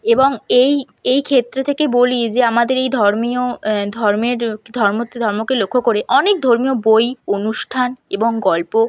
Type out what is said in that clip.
এবং এই এই ক্ষেত্র থেকে বলি যে আমাদের এই ধর্মীয় ধর্মের ধর্মকে লক্ষ্য করে অনেক ধর্মীয় বই অনুষ্ঠান এবং গল্প